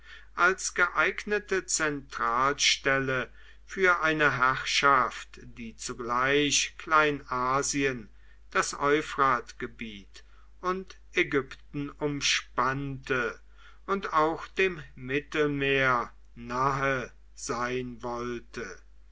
als geeignete zentralstelle für eine herrschaft die zugleich kleinasien das euphratgebiet und ägypten umspannte und auch dem mittelmeer nahe sein wollte